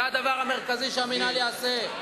זה הדבר המרכזי שהמינהל יעשה.